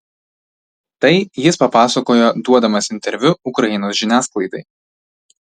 tai jis papasakojo duodamas interviu ukrainos žiniasklaidai